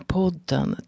podden